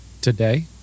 Today